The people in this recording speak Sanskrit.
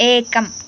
एकम्